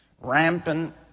rampant